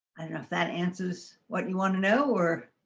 i don't know if that answers. what you want to know or.